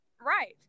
Right